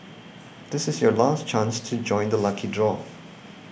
this is your last chance to join the lucky draw